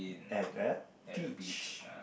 are there peach